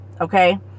Okay